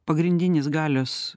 pagrindinis galios